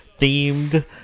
themed